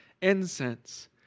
incense